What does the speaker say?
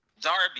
Darby